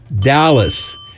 Dallas